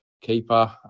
keeper